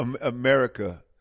america